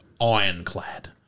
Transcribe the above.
ironclad